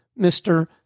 Mr